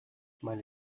meine